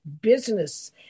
business